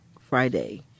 Friday